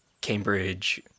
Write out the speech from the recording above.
Cambridge